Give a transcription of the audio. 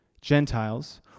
Gentiles